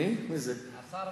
נכנס השר